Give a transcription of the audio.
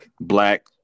Black